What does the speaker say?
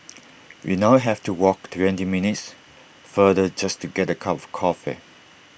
we now have to walk twenty minutes farther just to get A cup of coffee